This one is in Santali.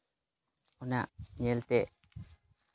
ᱚᱱᱟ ᱧᱮᱞᱛᱮ